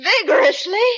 vigorously